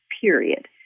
period